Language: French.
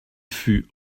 fût